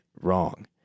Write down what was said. wrong